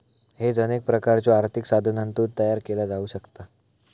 hedge अनेक प्रकारच्यो आर्थिक साधनांतून तयार केला जाऊ शकता